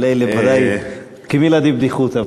אבל זה בוודאי כמילתא דבדיחותא.